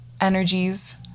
energies